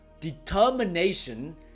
determination